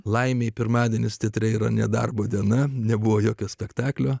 laimei pirmadienis teatre yra nedarbo diena nebuvo jokio spektaklio